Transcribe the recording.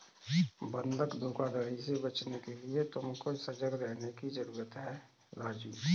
बंधक धोखाधड़ी से बचने के लिए तुमको सजग रहने की जरूरत है राजु